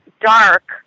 dark